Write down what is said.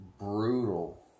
brutal